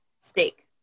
Steak